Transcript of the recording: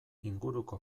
inguruko